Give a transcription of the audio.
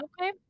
Okay